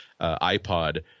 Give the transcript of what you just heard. iPod